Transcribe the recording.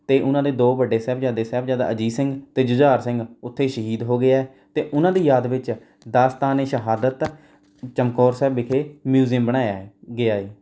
ਅਤੇ ਉਹਨਾਂ ਦੇ ਦੋ ਵੱਡੇ ਸਾਹਿਬਜ਼ਾਦੇ ਸਾਹਿਬਜ਼ਾਦਾ ਅਜੀਤ ਸਿੰਘ ਅਤੇ ਜੁਝਾਰ ਸਿੰਘ ਉੱਥੇ ਸ਼ਹੀਦ ਹੋ ਗਏ ਹੈ ਅਤੇ ਉਹਨਾਂ ਦੀ ਯਾਦ ਵਿੱਚ ਦਾਸਤਾਨ ਏ ਸ਼ਹਾਦਤ ਚਮਕੌਰ ਸਾਹਿਬ ਵਿਖੇ ਮਿਊਜ਼ੀਅਮ ਬਣਾਇਆ ਹੈ ਗਿਆ ਹੈ